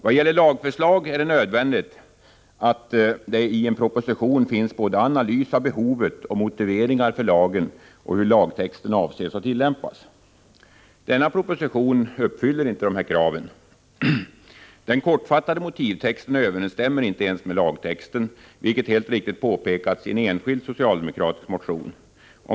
Vad gäller lagförslag är det nödvändigt att det i en proposition finns både analys av behovet och motiveringar för lagen och uppgift om hur lagtexten avses att tillämpas. Denna proposition uppfyller inte dessa krav. Den kortfattade motivtexten överensstämmer inte ens med lagtexten, vilket helt riktigt påpekats i en enskild socialdemokratisk motion.